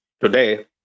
today